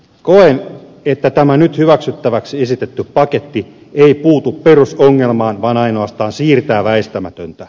koen että tämä nyt hyväksyttäväksi esitetty paketti ei puutu perusongelmaan vaan ainoastaan siirtää väistämätöntä